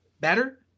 better